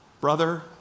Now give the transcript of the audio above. brother